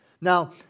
Now